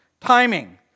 Timing